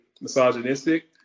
misogynistic